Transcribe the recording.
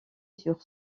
sur